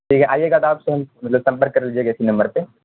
ٹھیک ہے آئیے گا تو آپ سے ہم مطلب سمپرک کر لیجیے گا اسی نمبر پہ